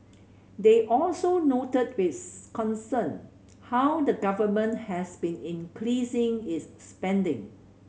they also noted with concern how the Government has been increasing its spending